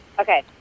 Okay